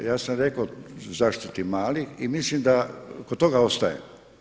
Ja sam rekao zašto tih malih i mislim da kod toga ostajem.